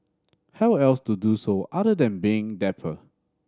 how else to do so other than being dapper